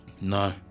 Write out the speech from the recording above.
No